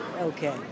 okay